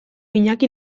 iñaki